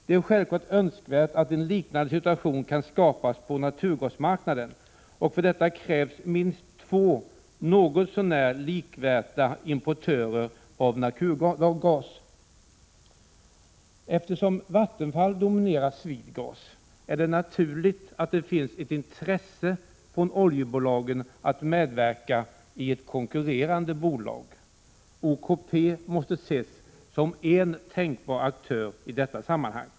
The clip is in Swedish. Det är självklart önskvärt att en liknande situation kan skapas på naturgasmarknaden och för detta krävs minst två något så när likvärda importörer av naturgas. Eftersom Vattenfall dominerar Sweedgas är det naturligt att det finns ett intresse från oljebolagens sida att medverka i ett konkurrerande bolag. OKP måste ses som en tänkbar aktör i detta sammanhang.